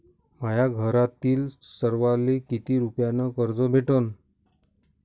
माह्या घरातील सर्वाले किती रुप्यान कर्ज भेटन?